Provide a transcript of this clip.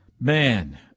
Man